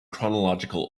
chronological